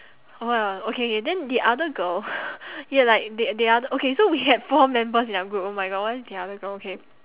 what okay K then the other girl we had like the the other okay so we had four members in our group oh my god why the other girl okay